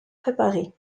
préparé